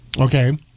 Okay